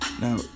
Now